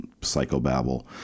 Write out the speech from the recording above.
psychobabble